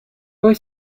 poi